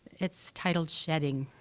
it's titled shedding.